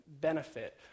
benefit